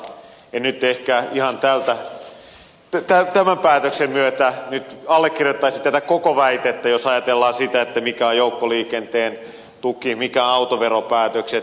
en nyt ehkä ihan tämän päätöksen myötä allekirjoittaisi tätä koko väitettä jos ajatellaan sitä mikä on joukkoliikenteen tuki mitkä ovat autoveropäätökset